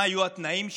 מה היו התנאים שלו.